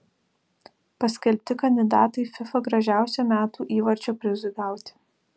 paskelbti kandidatai fifa gražiausio metų įvarčio prizui gauti